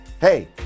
Hey